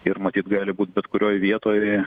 ir matyt gali būt bet kurioj vietoje